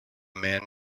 man